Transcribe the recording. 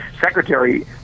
secretary